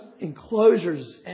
enclosures